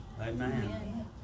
Amen